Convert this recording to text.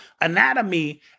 anatomy